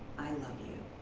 i love you.